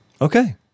Okay